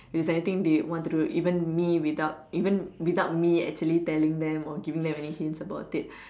is anything they what to do even me without even without me actually telling them or giving them any hints about it